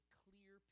clear